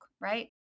right